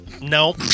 No